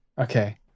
Okay